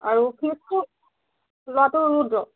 আৰু ফিজটো ল'ৰাটো ৰুদ্ৰ